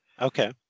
Okay